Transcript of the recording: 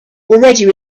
already